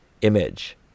image